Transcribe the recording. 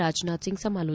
ರಾಜನಾಥ್ ಸಿಂಗ್ ಸಮಾಲೋಚನೆ